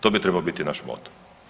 To bi trebao biti naš moto.